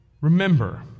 remember